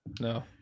No